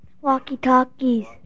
Walkie-talkies